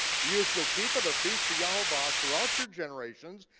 you shall keep it a feast to yehovah throughout your generations,